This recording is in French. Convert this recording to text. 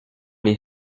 les